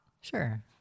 Sure